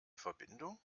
verbindung